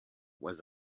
was